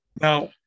Now